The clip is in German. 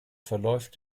verläuft